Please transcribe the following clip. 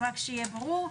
שיהיה ברור.